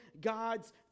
God's